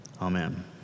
Amen